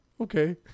Okay